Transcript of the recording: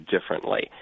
differently